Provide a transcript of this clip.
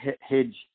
hedge